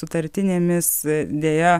sutartinėmis deja